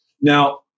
Now